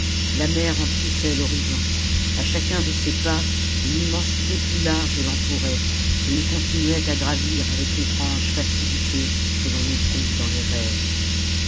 la mer emplissait l'horizon à chacun de ses pas une immensité plus large l'entourait et il continuait à gravir avec l'étrange facilité que l'on éprouve dans les rêves